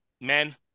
men